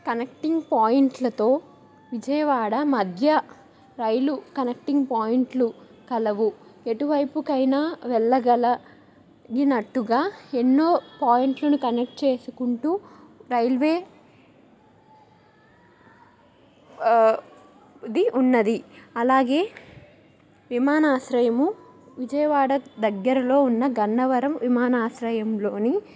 connecting పాయింట్లతో విజయవాడ మధ్య రైలు కనెక్టింగ్ పాయింట్లు కలవు ఎటువైపుకైనా వెళ్లగల ఈ నట్టుగా ఎన్నో పాయింట్లని కనెక్ట్ చేసుకుంటూ రైల్వే ది ఉన్నది అలాగే విమానాశ్రయము విజయవాడ దగ్గరలో ఉన్న గన్నవరం విమానాశ్రయంలోని